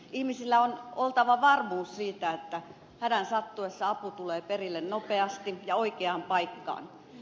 ihmisillä on oltava varmuus siitä että hädän sattuessa apu tulee perille nopeasti ja oikeaan paikkaan